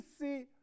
see